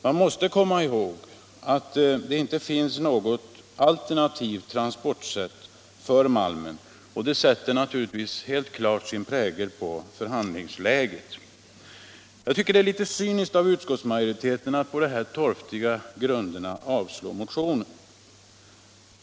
Man måste komma ihåg att det inte finns något alternativt transportsätt för malmen, och det sätter naturligtvis sin prägel på förhandlingsläget. Jag tycker att det är litet cyniskt av utskottsmajoriteten att med detta torftiga motiv avstyrka motionen.